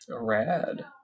rad